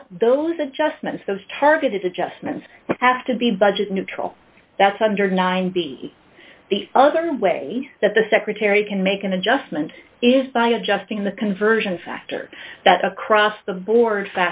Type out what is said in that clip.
but those adjustments those targeted adjustments have to be budget neutral that's under nine b the other way that the secretary can make an adjustment is by adjusting the conversion factor that's across the board